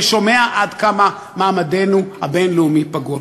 ושומע עד כמה מעמדנו הבין-לאומי פגוע.